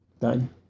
Done